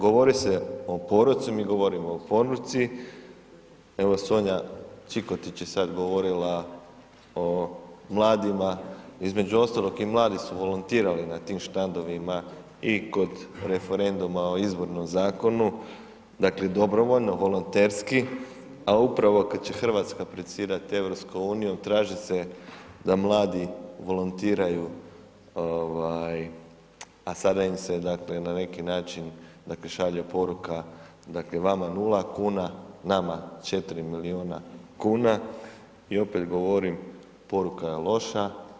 Govori se o poruci, mi govorimo o poruci, evo Sonja Čikotić je sad govorila o mladima, između ostalog i mladi su volontirali na tim štandovima i kod referenduma o izbornom zakonu, dakle dobrovoljno volonterski, a upravo kad će Hrvatska predsjedat EU traži se da mladi volontiraju, a sada ime se na neki način dakle šalje poruka, dakle vama 0 kuna, nama 4 miliona kuna i opet govorim poruka je loša.